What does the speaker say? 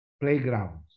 Playgrounds